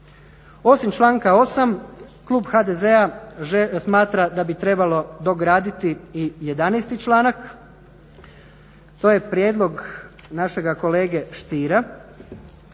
Osim članka 8. Klub HDZ-a smatra da bi trebalo dograditi i 11.-ti članak. To je prijedlog našega kolega Stiera.